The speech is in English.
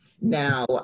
Now